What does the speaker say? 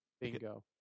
bingo